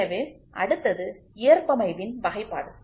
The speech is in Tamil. எனவே அடுத்தது ஏற்பமைவின் வகைப்பாடு